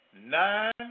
Nine